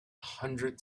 hundred